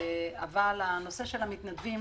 אבל הנושא של המתנדבים